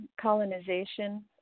colonization